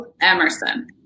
Emerson